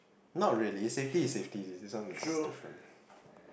not really safety is safety this one is different